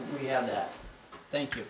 we have that thank you